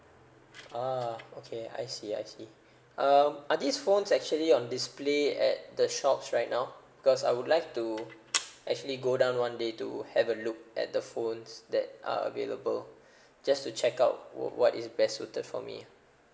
ah okay I see I see um are these phones actually on display at the shops right now because I would like to actually go down one day to have a look at the phones that are available just to check out wha~ what is best suited for me